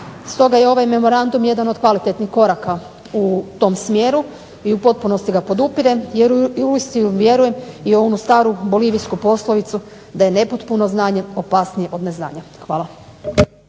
stoga je ovaj memorandum jedan od kvalitetnih koraka u tom smjeru i u potpunosti ga podupirem jer uistinu vjerujem i u onu staru bolivijsku poslovicu da je nepotpuno znanje opasnije od neznanja. Hvala.